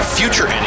future